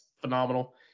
phenomenal